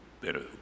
better